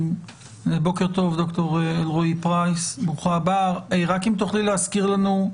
בוקר טוב ד"ר אלרעי-פרייס; ברוכה הבאה רק אם תוכלי להזכיר לנו,